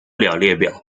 列表